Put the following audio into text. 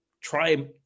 try